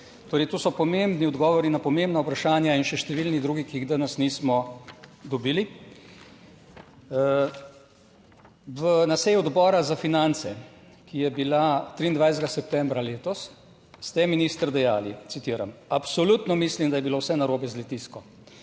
Torej, to so pomembni odgovori na pomembna vprašanja in še številni drugi, ki jih danes nismo dobili. Na seji Odbora za finance, ki je bila 23. septembra letos, ste minister dejali, citiram: Absolutno mislim, da je bilo vse narobe z litijsko,